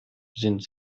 sind